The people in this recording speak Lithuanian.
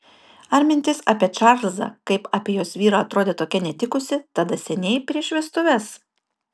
ar mintis apie čarlzą kaip apie jos vyrą atrodė tokia netikusi tada seniai prieš vestuves